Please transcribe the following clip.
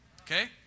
okay